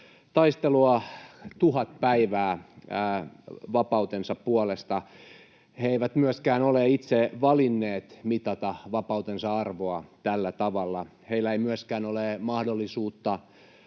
taistelua tuhat päivää vapautensa puolesta. He eivät myöskään ole itse valinneet mitata vapautensa arvoa tällä tavalla. Heillä ei myöskään ole mahdollisuutta